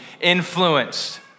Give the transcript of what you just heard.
influenced